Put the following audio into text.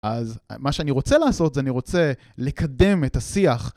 אז מה שאני רוצה לעשות, זה אני רוצה לקדם את השיח.